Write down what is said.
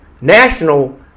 national